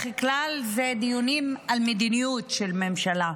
כלל הם דיונים על מדיניות של ממשלה,